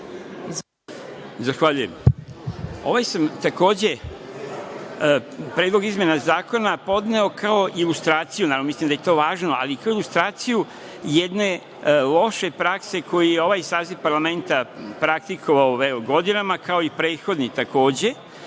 Zahvaljujem, predsednice. Ovaj predlog izmene zakona podneo kao ilustraciju, ali mislim da je to važno, ali kao ilustraciju jedne loše prakse koji je ovaj saziv parlamenta praktikovao, evo godinama, kao i prethodni takođe,